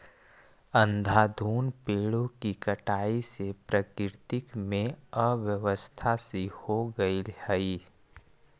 अंधाधुंध पेड़ों की कटाई से प्रकृति में अव्यवस्था सी हो गईल हई